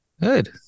good